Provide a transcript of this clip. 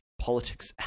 politics